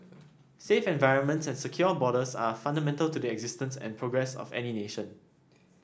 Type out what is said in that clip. safe environments and secure borders are fundamental to the existence and progress of any nation